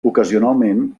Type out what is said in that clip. ocasionalment